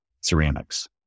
ceramics